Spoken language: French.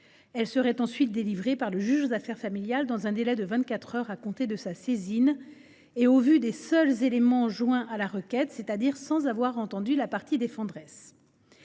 Elle serait ensuite délivrée par le juge aux affaires familiales dans un délai de vingt quatre heures à compter de sa saisine et au vu des seuls éléments joints à la requête, c’est à dire sans avoir entendu la partie défenderesse.